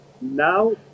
Now